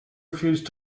refused